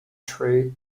true